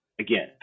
again